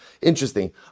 Interesting